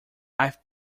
i’ve